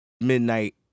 midnight